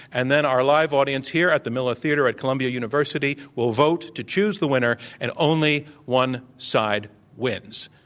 and then our live audience here at the miller theat re at columbia university will vote to choose the winner, and only one side wins.